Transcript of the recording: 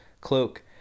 cloak